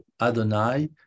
Adonai